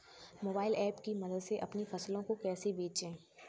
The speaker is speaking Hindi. मोबाइल ऐप की मदद से अपनी फसलों को कैसे बेचें?